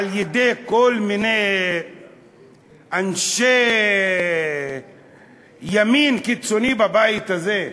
על-ידי כל מיני אנשי ימין קיצוני בבית הזה,